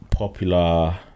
Popular